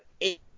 eight